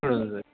मिळून जाईल